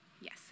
yes